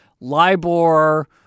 LIBOR